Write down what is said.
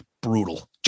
brutal